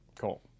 Cool